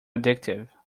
addictive